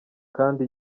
kandi